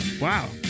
Wow